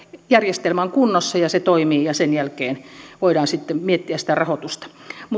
järjestelmä on kunnossa ja se toimii ja sen jälkeen voidaan sitten miettiä sitä rahoitusta